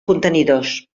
contenidors